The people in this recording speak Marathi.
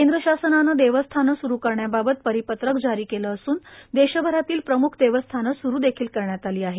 केंद्र शासनाने देवस्थाने स्रू करण्याबाबत परिपत्रक जारी केले असून देशभरातील प्रम्ख देवस्थाने स्रू देखील करण्यात आली आहे